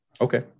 Okay